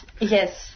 yes